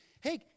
hey